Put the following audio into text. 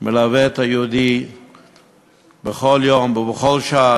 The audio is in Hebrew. מלווה את היהודי בכל יום ובכל שעה.